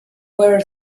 were